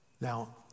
Now